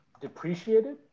Depreciated